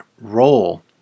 Role